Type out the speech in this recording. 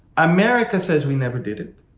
america says we never did it.